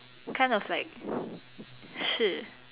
kind of like 是